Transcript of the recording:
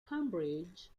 cambridge